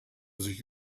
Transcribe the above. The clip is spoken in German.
sich